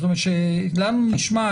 זאת אומרת שלנו נשמע,